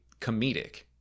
comedic